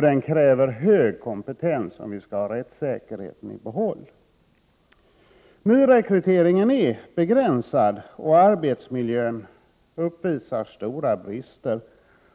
Den kräver hög kompetens om rättssäkerheten skall kunna upprätthållas. Nyrekryteringen är begränsad och arbetsmiljön uppvisar stora brister.